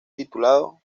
titulado